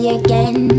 again